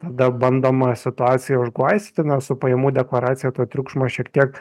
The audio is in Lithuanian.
tada bandoma situaciją užglaistyti na su pajamų deklaracija to triukšmo šiek tiek